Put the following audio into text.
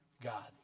God